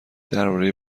درباره